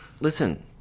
listen